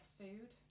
food